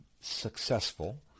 successful